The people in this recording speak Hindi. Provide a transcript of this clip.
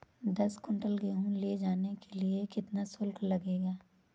दस कुंटल गेहूँ ले जाने के लिए कितना शुल्क लगेगा?